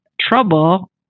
trouble